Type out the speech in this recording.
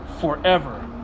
forever